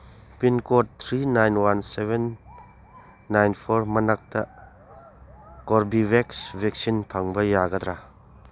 pincode three nine one seven nine four ꯃꯅꯥꯛꯇ Corbevax vaccine ꯐꯪꯕ ꯌꯥꯒꯗ꯭ꯔꯥ